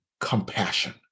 compassion